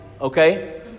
Okay